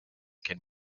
can